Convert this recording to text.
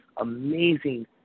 amazing